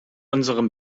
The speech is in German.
unserem